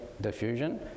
diffusion